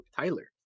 Tyler